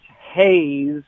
haze